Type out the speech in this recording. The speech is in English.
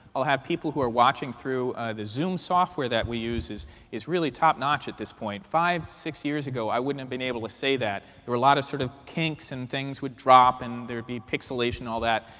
i'll have people who are watching through the zoom software that we use is is really top notch at this point. five, six years ago, i wouldn't have been able to say that. there were a lot of sort of kinks. and things would drop. and there would be pixelation and all that.